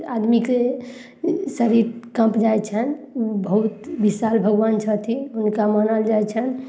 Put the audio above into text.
आदमीके शरीर काँपि जाइ छनि बहुत विशाल भगवान छथिन हुनका मानल जाइ छनि